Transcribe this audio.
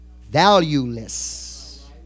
valueless